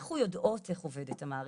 אנחנו יודעות איך עובדת המערכת,